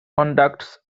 conducts